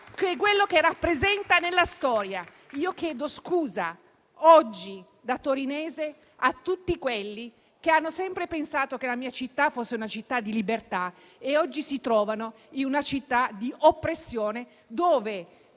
città e che rappresenta nella storia. Io, da torinese, oggi chiedo scusa a tutti quelli che hanno sempre pensato che la mia fosse una città di libertà e oggi si trovano in una città di oppressione, dove